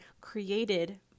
created